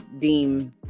deem